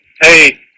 hey